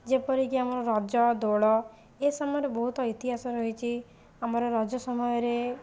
ଯେପରିକି ଆମର ରଜ ଦୋଳ ଏ ସମୟରେ ବହୁତ ଇତିହାସ ରହିଛି ଆମର ରଜ ସମୟରେ